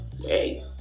Hey